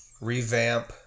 revamp